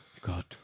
God